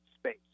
space